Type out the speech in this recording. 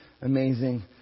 amazing